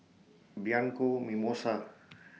Bianco Mimosa